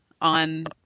on